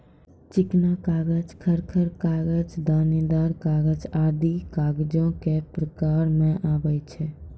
चिकना कागज, खर खर कागज, दानेदार कागज आदि कागजो क प्रकार म आवै छै